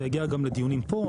זה יגיע גם לדיונים פה.